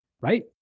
right